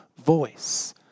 voice